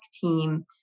team